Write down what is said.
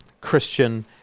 Christian